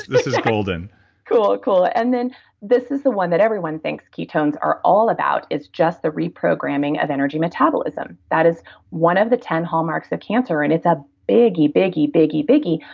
this is golden cool. cool. and then this is the one that everyone thinks ketones are all about is just the reprogramming of energy metabolism. that is one of the ten hallmarks of cancer and it's a biggie, biggie, biggie, biggie,